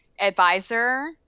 advisor